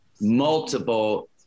multiple